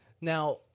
Now